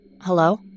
Hello